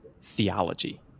theology